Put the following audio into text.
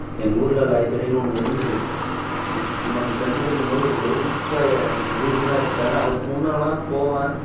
எங்கள் ஊரில் லைப்பெரின்னு ஒன்று இருந்துது நான் தென்த்து படிக்கும்போது இருந்தது இப்போ ரீசனா எடுத்துட்டாங்க அதுக்கு முன்னெல்லாம் போவேன்